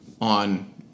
on